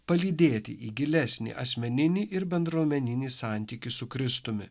palydėti į gilesnį asmeninį ir bendruomeninį santykį su kristumi